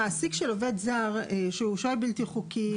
המעסיק של עובד זר שהוא שוהה בלתי חוקי,